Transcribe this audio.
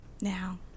Now